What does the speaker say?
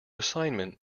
assignment